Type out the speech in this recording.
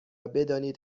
بدانید